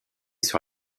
sur